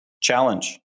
challenge